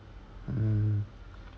mm